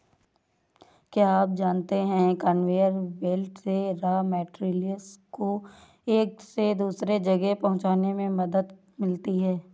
क्या आप जानते है कन्वेयर बेल्ट से रॉ मैटेरियल्स को एक से दूसरे जगह पहुंचने में मदद मिलती है?